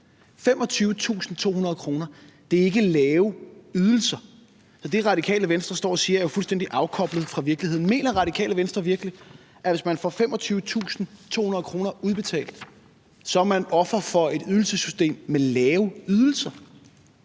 25.200 kr. er ikke en lav ydelse. Så det, Radikale Venstre står og siger, er fuldstændig afkoblet fra virkeligheden. Mener Radikale Venstre virkelig, at hvis man får 25.200 kr. udbetalt, er man offer for et ydelsessystem med lave ydelser?